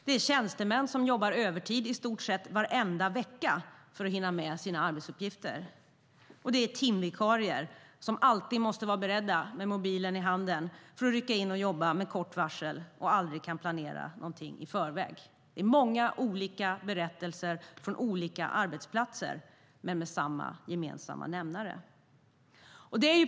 Det är tjänstemän som jobbar övertid i stort sett varje vecka för att hinna med sina arbetsuppgifter. Det är timvikarier som med mobilen i hand alltid måste vara beredda att rycka in och jobba med kort varsel och som aldrig kan planera någonting i förväg. Det är många olika berättelser från olika arbetsplatser, men de har samma gemensamma nämnare.